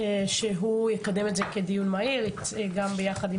שהוא יקדם את זה כדיון מהיר ביחד עם